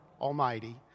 Almighty